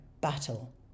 battle